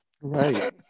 right